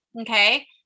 Okay